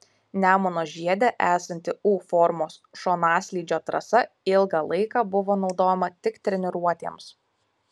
nemuno žiede esanti u formos šonaslydžio trasa ilgą laiką buvo naudojama tik treniruotėms